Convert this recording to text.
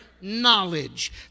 knowledge